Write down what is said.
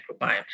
microbiome